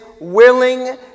willing